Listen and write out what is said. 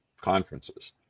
conferences